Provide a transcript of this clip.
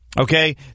Okay